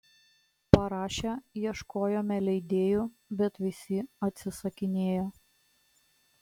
parašę ieškojome leidėjų bet visi atsisakinėjo